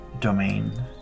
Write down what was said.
domain